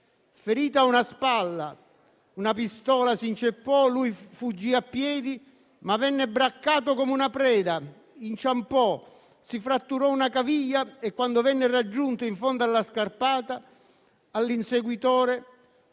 Ferito a una spalla, una pistola si inceppò, lui fuggì a piedi, ma venne braccato come una preda, inciampò, si fratturò una caviglia e quando venne raggiunto in fondo alla scarpata, all'inseguitore